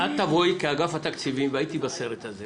את תבואי כאגף התקציבים והייתי בסרט הזה